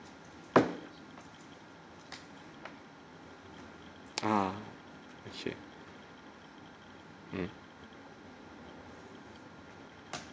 ah okay hmm